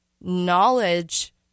knowledge